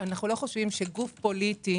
אנחנו לא חושבים שגוף פוליטי